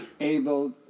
able